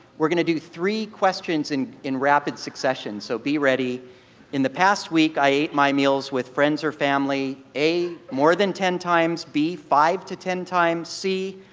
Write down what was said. we are going to do three questions in in rapid succession. so be ready in the past week i ate my meals with friends or family a, more than ten times. b, five to ten times. c,